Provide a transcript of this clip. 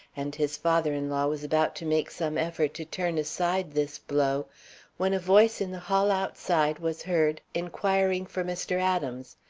and his father-in-law was about to make some effort to turn aside this blow when a voice in the hall outside was heard inquiring for mr. adams,